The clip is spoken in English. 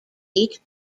eight